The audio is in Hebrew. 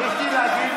יש לי להגיד,